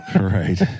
right